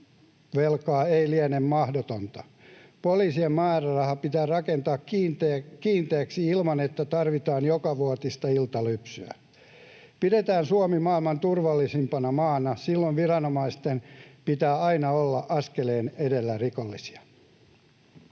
lisävelkaa, ei liene mahdoton. Poliisien määräraha pitää rakentaa kiinteäksi, ilman että tarvitaan jokavuotista iltalypsyä. Pidetään Suomi maailman turvallisimpana maana. Silloin viranomaisten pitää aina olla askeleen edellä rikollisia.